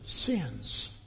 sins